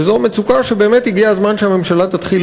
וזו מצוקה שבאמת הגיע הזמן שהממשלה תתחיל